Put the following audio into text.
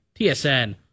TSN